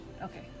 okay